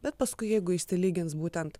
bet paskui jeigu išsilygins būtent